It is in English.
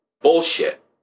Bullshit